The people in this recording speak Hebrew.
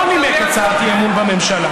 ואתה מדבר פה, לא נימק הצעת אי-אמון בממשלה.